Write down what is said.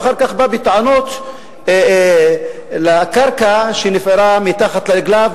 ואחר כך בא בטענות לקרקע שנפערה מתחת לרגליו,